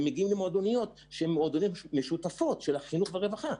אותם ילדים מגיעים למועדוניות משותפות של חינוך ורווחה,